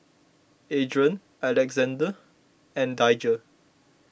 Adron Alexande and Daijah